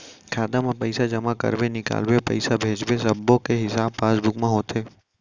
खाता म पइसा जमा करबे, निकालबे, पइसा भेजबे सब्बो के हिसाब पासबुक म होथे